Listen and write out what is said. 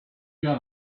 got